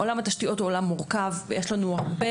עולם התשתיות הוא עולם מורכב ויש לנו הרבה